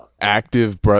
active